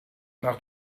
nach